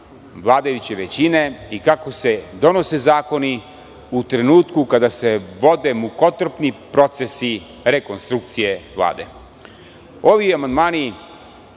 vladajuće većine i kako se donose zakoni u trenutku kada se vode mukotrpni procesi rekonstrukcije Vlade. Ovi amandmani